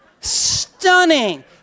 Stunning